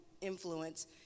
influence